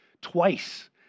twice